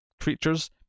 creatures